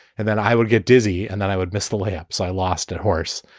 and then i would get dizzy and then i would miss the layups i lost at horse.